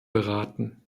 beraten